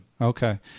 Okay